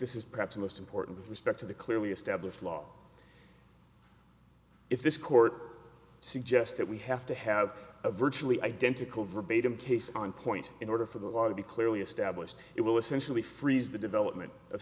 this is perhaps the most important respect to the clearly established law if this court suggests that we have to have a virtually identical verbatim case on point in order for the law to be clearly established it will essentially freeze the development of